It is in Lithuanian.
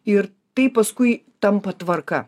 ir tai paskui tampa tvarka